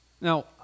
Now